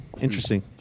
Interesting